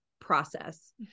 process